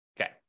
Okay